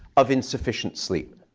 of insufficient sleep.